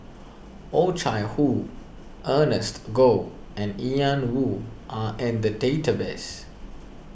Oh Chai Hoo Ernest Goh and Ian Woo are in the database